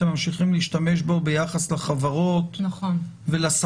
ממשיכים להשתמש בו ביחס לחברות ולספקים,